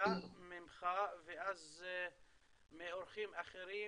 בהצגה שלך ואז מאורחים אחרים,